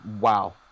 wow